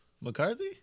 McCarthy